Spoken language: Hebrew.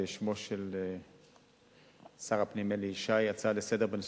בשמו של שר הפנים אלי ישי על ההצעה לסדר-היום בנושא